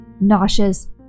nauseous